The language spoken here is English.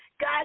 God